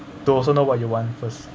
don't also know what your want first